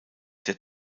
der